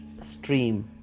stream